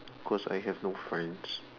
cause I have no friends